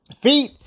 Feet